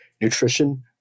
nutrition